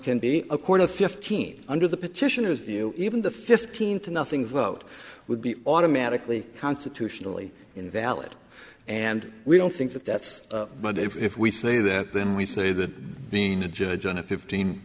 can be a court of fifteen under the petitioners view even the fifteen to nothing vote would be automatically constitutionally invalid and we don't think that that's but if we say that then we say that being a judge on a fifteen